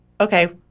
okay